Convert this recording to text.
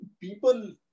people